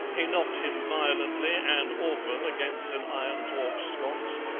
he knocked him violently and often against an iron torch sconce,